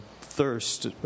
thirst